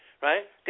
right